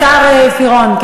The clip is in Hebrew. השר פירון.